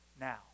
now